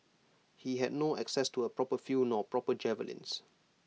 he had no access to A proper field nor proper javelins